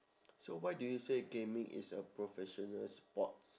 so why do you say gaming is a professional sports